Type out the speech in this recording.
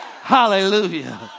Hallelujah